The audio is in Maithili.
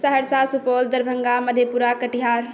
सहरसा सुपौल दरभंगा मधेपुरा कटिहार